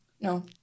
No